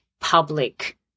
public